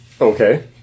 Okay